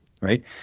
Right